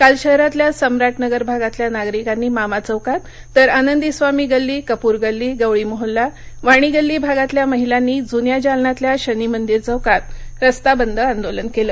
काल शहरातल्या सम्राटनगर भागातल्या नगारिकांनी मामा चौकात तर आनंदीस्वामी गल्ली कपूर गल्ली गवळी मोहल्ला वाणी गल्ली भागातल्या महिलांनी जून्या जालन्यातल्या शनीमंदिर चौकात रास्ताबंद आंदोलन केलं